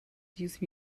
use